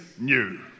new